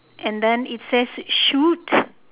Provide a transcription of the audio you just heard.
and then it says shoot